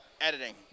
editing